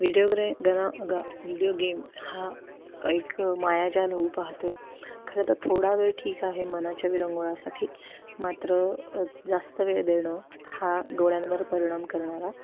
video ग्रे गना गा व्हिडिओ गेम हा एक मायाजाल होऊ पाहतो आहे खरं तर थोडा वेळ ठीक आहे मनाच्या विरंगुळ्यासाठी मात्र जास्त वेळ देणं हा डोळ्यांवर परिणाम करणारा